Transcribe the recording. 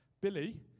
Billy